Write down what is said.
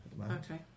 Okay